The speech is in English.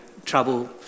trouble